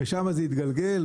משם זה התגלגל,